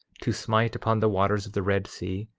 to smite upon the waters of the red sea,